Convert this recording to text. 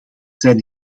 zijn